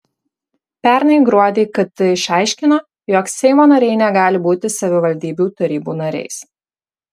pernai gruodį kt išaiškino jog seimo nariai negali būti savivaldybių tarybų nariais